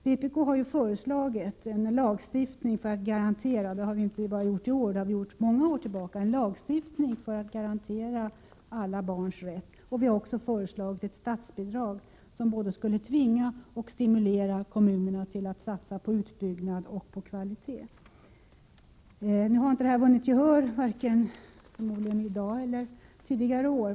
Vpk har ju sedan många år föreslagit en lagstiftning för att garantera alla barns rätt, och vi har också föreslagit ett statsbidrag som skulle både tvinga och stimulera kommunerna att satsa på utbyggnad och på kvalitet. Nu har inte detta vunnit gehör, varken i dag — förmodligen — eller tidigare år.